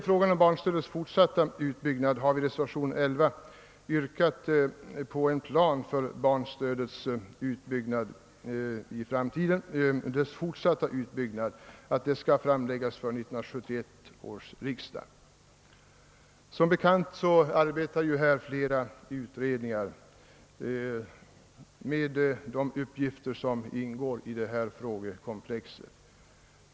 I fråga om barnstödets fortsatta utbyggnad har vi i reservationen 5 vid andra lagutskottets utlåtande nr 40 yrkat på att en plan skall framläggas för 1971 års riksdag. Som bekant arbetar här flera utredningar med de uppgifter som ingår i detta frågekomplex.